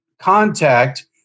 contact